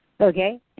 Okay